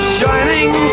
Shining